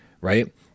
right